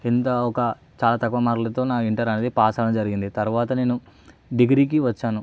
tenth ఒక చాలా తక్కువ మార్కులతో నా ఇంటర్ అనేది పాస్ అవడం జరిగింది తరువాత నేను డిగ్రీకి వచ్చాను